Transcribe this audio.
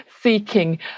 seeking